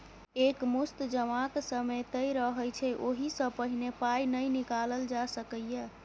एक मुस्त जमाक समय तय रहय छै ओहि सँ पहिने पाइ नहि निकालल जा सकैए